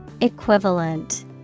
Equivalent